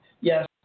Yes